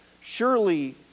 Surely